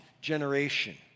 generation